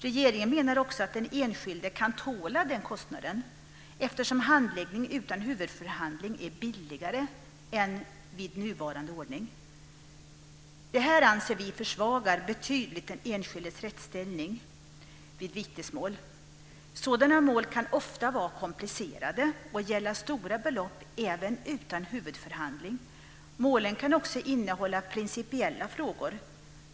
Regeringen menar också att den enskilde kan tåla den kostnaden, eftersom handläggning utan huvudförhandling är billigare än vid nuvarande ordning. Vi anser att detta betydligt försvagar den enskildes rättsställning vid vitesmål. Sådana mål kan ofta vara komplicerade och gälla stora belopp, även utan huvudförhandling. Målen kan också innehålla principiella frågor.